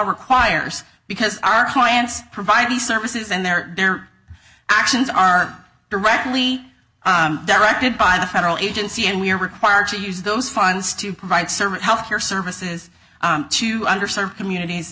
requires because our clients provide the services and their actions are directly directed by the federal agency and we are required to use those funds to provide service health care services to under served communities